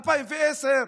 2010?